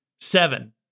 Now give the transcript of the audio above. Seven